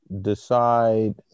decide